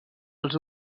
els